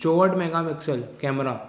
चोहठि megapixel camera